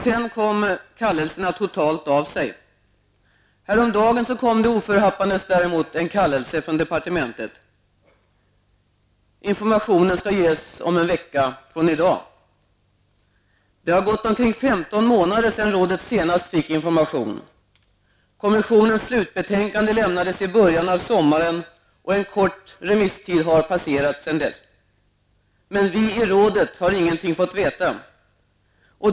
Sedan kom kallelserna totalt av sig. Häromdagen kom det oförhappandes en kallelse från departementet. Information skall ges om en vecka, räknat från i dag. Det har förflutit omkring 15 månader sedan rådet senast fick information. Kommissionens slutbetänkande lämnades i början av sommaren. En kort remisstid har förflutit sedan dess. Men vi i rådet har ingenting fått veta.